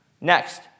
Next